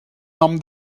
nom